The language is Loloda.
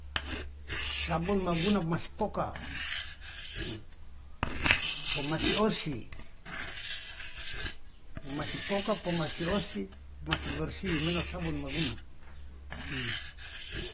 Sabun ma guna mas poka pomasi osi pomasi poka pomasi osi pomasi bersi mena sabun maguna.